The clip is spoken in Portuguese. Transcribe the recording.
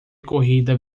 corrida